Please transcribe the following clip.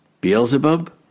Beelzebub